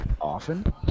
often